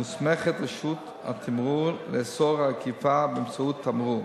מוסמכת רשות התמרור לאסור עקיפה באמצעות תמרור.